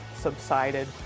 subsided